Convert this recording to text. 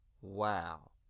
Wow